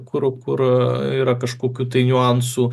kur kur yra kažkokių tai niuansų